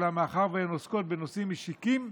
אולם מאחר שהן עוסקות בנושאים משיקים,